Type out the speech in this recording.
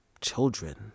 children